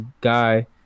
guy